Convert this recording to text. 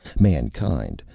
mankind,